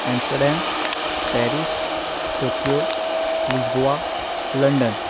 Amsterdam Paris Tokyo Lisbon London